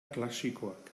klasikoak